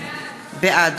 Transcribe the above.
בעד